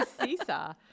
seesaw